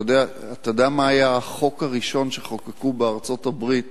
אתה יודע מה היה החוק הראשון שחוקקו בארצות-הברית